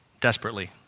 desperately